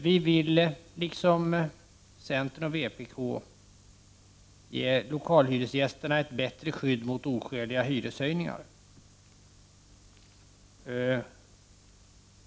Vi vill i likhet med centern och vpk ge lokalhyresgästerna ett bättre skydd mot oskäliga hyreshöjningar.